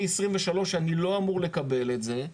מ-2023 אני לא אמור לקבל את זה,